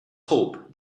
hope